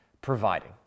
providing